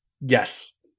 yes